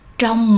trong